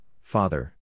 father